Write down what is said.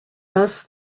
thus